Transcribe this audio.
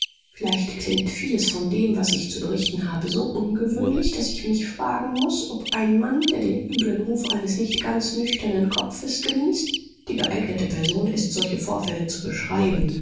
vielleicht klingt vieles von dem was ich zu berichten habe so ungewöhnlich daß ich mich fragen muß ob ein mann der den übeln ruf eines nicht ganz nüchternen kopfes genießt die geeignete person ist solche vorfälle zu beschreiben